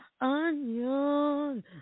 Onion